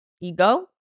ego